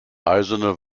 eisene